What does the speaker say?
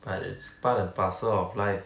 but it's part and parcel of life